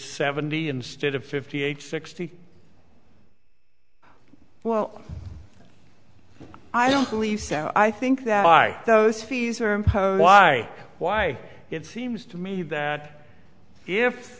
seventy instead of fifty eight sixty well i don't believe so i think that why those fees are imposed why why it seems to me that if